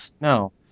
No